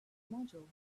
module